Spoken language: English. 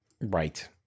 Right